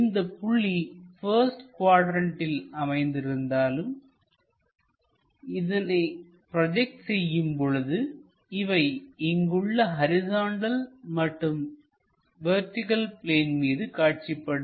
இந்த புள்ளி பஸ்ட் குவாட்ரண்ட்டில் அமைந்திருந்தாலும் இதனை ப்ரோஜெக்ட் செய்யும்பொழுது அவை இங்குள்ள ஹரிசாண்டல் மற்றும் வெர்டிகள் பிளேன் மீது காட்சிபடும்